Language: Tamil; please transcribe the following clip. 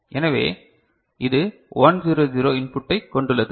எனவே இது 1 0 0 இன்புட்டைக் கொண்டுள்ளது